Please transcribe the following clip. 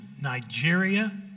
Nigeria